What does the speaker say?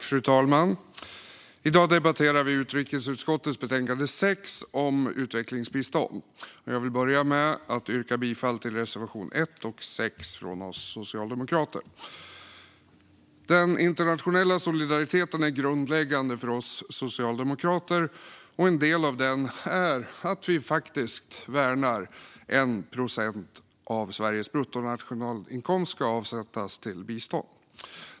Fru talman! I dag debatterar vi utrikesutskottets betänkande 6 om utvecklingsbistånd. Jag vill börja med att yrka bifall till reservationerna 1 och 6 från oss socialdemokrater. Den internationella solidariteten är grundläggande för oss socialdemokrater, och en del av den är att vi faktiskt värnar att 1 procent av Sveriges bruttonationalinkomst ska avsättas till bistånd.